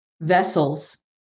vessels